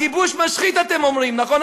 הכיבוש משחית, אתם אומרים, נכון?